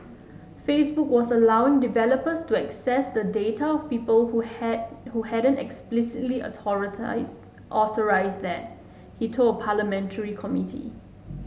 Facebook was allowing developers to access the data of people who had who hadn't explicitly authorised that he told a parliamentary committee